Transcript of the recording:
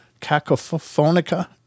Cacophonica